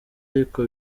ariko